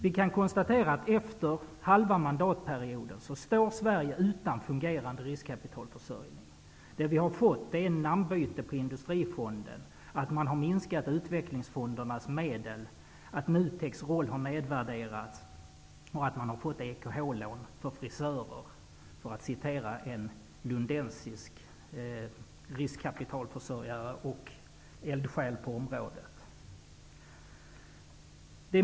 Vi kan konstatera att efter halva mandatperioden står Sverige utan fungerande riskkapitalförsörjning. Vad vi har fått är ett namnbyte på Industrifonden. Utvecklingsfondernas medel har minskats. NUTEX roll har nedvärderats. Vi har även fått EKH-lån för frisörer, för att citera en lundensisk riskkapitalförsörjare och eldsjäl på området.